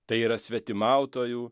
tai yra svetimautojų